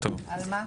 על מה?